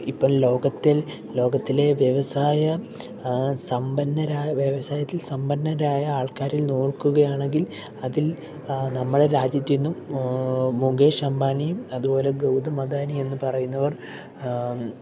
ഇപ്പോൾ ലോകത്തിൽ ലോകത്തിലെ വ്യവസായ സമ്പന്നര വ്യവസായത്തിൽ സമ്പന്നരായ ആൾക്കാരിൽ നോക്കുക ആണെങ്കിൽ അതിൽ നമ്മളെ രാജ്യത്തിന്നും മുഗേഷ് അമ്പാനിയും അതുപോലെ ഗൗതം അദാനി എന്ന് പറയുന്നവർ